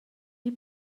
die